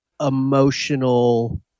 emotional